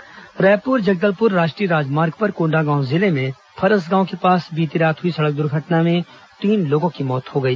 दुर्घटना रायपुर जगदलपुर राष्ट्रीय राजमार्ग पर कोंडागांव जिले में फरसगांव के पास बीती रात हुई सड़क दुर्घटना में तीन लोगों की मौत हो गई